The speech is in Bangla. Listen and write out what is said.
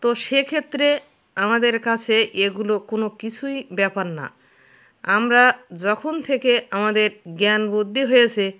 তো সেক্ষেত্রে আমাদের কাছে এগুলো কোন কিছুই ব্যপার না আমরা যখন থেকে আমাদের জ্ঞান বুদ্ধি হয়েছে